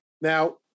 Now